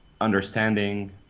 understanding